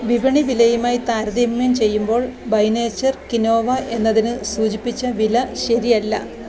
വിപണി വിലയുമായി താരതമ്യം ചെയ്യുമ്പോൾ ബൈ നേച്ചർ കിനോവ എന്നതിന് സൂചിപ്പിച്ച വില ശരിയല്ല